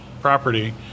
property